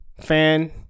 fan